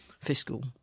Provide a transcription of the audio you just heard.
fiscal